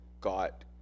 got